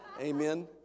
Amen